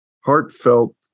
heartfelt